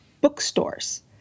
bookstores